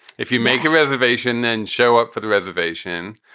if you make a reservation, then show up for the reservation.